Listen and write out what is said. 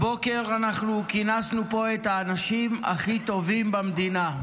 הבוקר אנחנו כינסנו פה את האנשים הכי טובים במדינה.